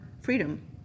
freedom